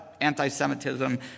anti-Semitism